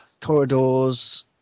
Corridors